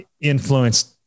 influenced